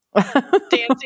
dancing